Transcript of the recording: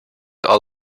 all